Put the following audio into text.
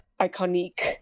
iconic